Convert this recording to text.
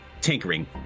tinkering